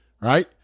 right